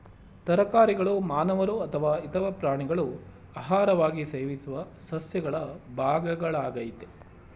ತರಕಾರಿಗಳು ಮಾನವರು ಅಥವಾ ಇತರ ಪ್ರಾಣಿಗಳು ಆಹಾರವಾಗಿ ಸೇವಿಸುವ ಸಸ್ಯಗಳ ಭಾಗಗಳಾಗಯ್ತೆ